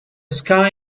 sky